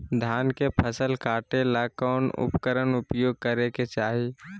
धान के फसल काटे ला कौन उपकरण उपयोग करे के चाही?